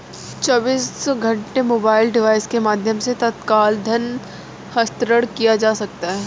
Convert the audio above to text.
चौबीसों घंटे mobile device के माध्यम से तत्काल धन हस्तांतरण किया जा सकता है